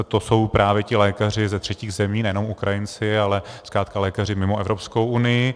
To jsou právě ti lékaři ze třetích zemí, nejenom Ukrajinci, ale zkrátka lékaři mimo Evropskou unii.